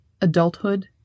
adulthood